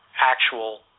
actual